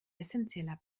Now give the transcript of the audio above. essenzieller